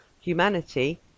Humanity